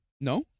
No